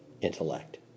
intellect